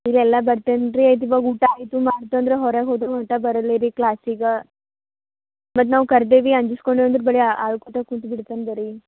ಈಗ ಎಲ್ಲ ಬರ್ತಾನೆ ರೀ ಆಯ್ತು ಇವಾಗ ಊಟ ಆಯಿತು ಮತ್ತೆ ಅಂದ್ರು ಹೊರಗೆ ಹೋದರು ಉಲ್ಟಾ ಬರೊಲ್ಲ ರೀ ಕ್ಲಾಸಿಗೆ ಮತ್ತೆ ನಾವು ಕರದೇವಿ ಅಂಜಿಸಿಕೊಂಡ್ವಿ ಅಂದ್ರೆ ಬರೀ ಅಳಕೋತ ಕುಂತು ಬಿಡ್ತಾನೆ ಬರೀ